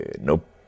Nope